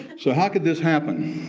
so how could this happen?